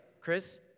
Chris